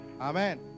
Amen